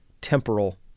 temporal